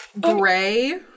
gray